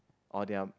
or their